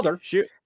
Shoot